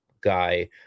guy